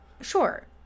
sure